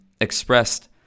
expressed